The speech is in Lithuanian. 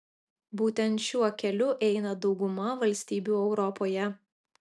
būtent šiuo keliu eina dauguma valstybių europoje